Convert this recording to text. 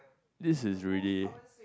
this is really